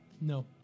No